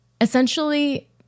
essentially